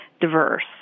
diverse